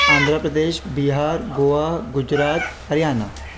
Andhra Pradesh Bihar Goa Gujarat Haryana